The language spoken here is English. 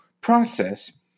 process